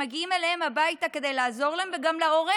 מגיעים אליהם הביתה כדי לעזור להם וגם להורה,